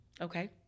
Okay